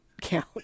count